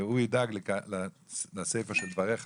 והוא ידאג לסיפא של דבריך,